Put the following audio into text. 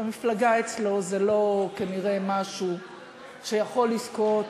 במפלגה אצלו זה כנראה לא משהו שיכול לזכות